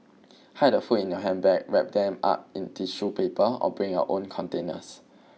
hide the food in your handbag wrap them up in tissue paper or bring your own containers